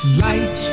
light